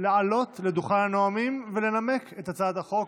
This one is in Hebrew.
לעלות לדוכן הנואמים ולנמק את הצעת החוק.